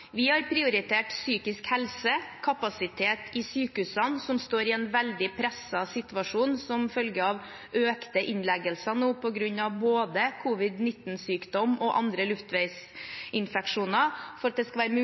Vi har prioritert psykisk helse og kapasitet i sykehusene, som står i en veldig presset situasjon som følge av økte innleggelser nå på grunn av både covid-19-sykdom og andre luftveisinfeksjoner, for at det skal være mulig